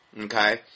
Okay